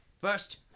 First